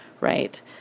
right